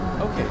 okay